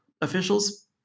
officials